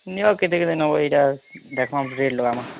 ନିଅ କେତେ କେତେ ନବ ଏଇଟା ଦେଖ୍ମା ପରେ ରେଟ୍ ଲଗାମା